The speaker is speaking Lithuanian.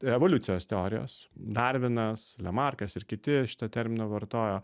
evoliucijos teorijos darvinas le markas ir kiti šitą termino vartojo